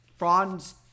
Franz